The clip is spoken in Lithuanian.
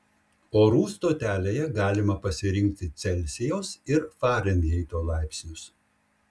orų stotelėje galima pasirinkti celsijaus ir farenheito laipsnius